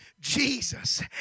Jesus